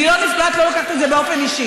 אני לא נפגעת, לא לוקחת את זה באופן אישי.